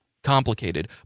complicated